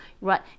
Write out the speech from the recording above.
right